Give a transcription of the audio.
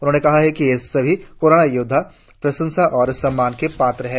उन्होंने कहा कि ये सभी कोरोना योद्वा प्रशंसा और सम्मान के पात्र हैं